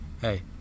hey